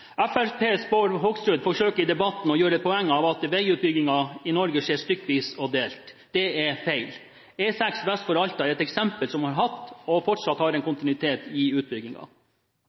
Fremskrittspartiets Bård Hoksrud forsøker i debatten å gjøre et poeng av at veiutbyggingen i Norge skjer stykkevis og delt. Det er feil. E6 vest for Alta er et eksempel på en vei som har hatt og fortsatt har en kontinuitet i